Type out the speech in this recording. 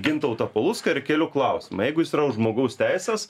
gintautą palucką ir keliu klausimą jeigu jis yra už žmogaus teises